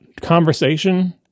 conversation